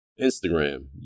Instagram